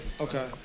Okay